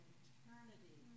eternity